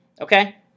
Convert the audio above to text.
Okay